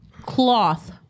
cloth